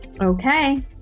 Okay